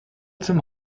zum